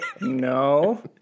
No